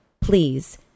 Please